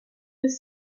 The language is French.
des